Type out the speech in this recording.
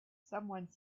someone